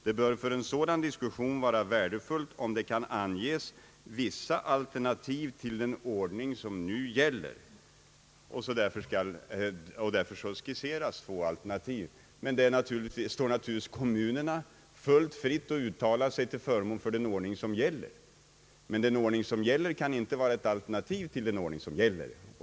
Det bör för en sådan diskussion vara värdefullt om det kan anges vissa alternativ till den ordning som nu gäller. Därför skisseras två alternativ. Men det står naturligtvis kommunerna fullt fritt att uttala sig för den ordning som gäller. Den ordning som gäller kan emellertid inte vara ett alternativ till den ordning som gäller!